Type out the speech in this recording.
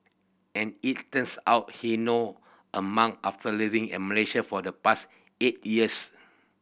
and it turns out he now a monk after living in Malaysia for the past eight years